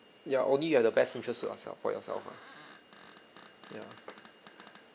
ya only you have the best interest to yourself for yourself ah ya